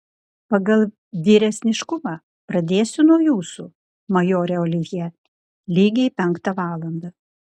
pagal vyresniškumą pradėsiu nuo jūsų majore olivjė lygiai penktą valandą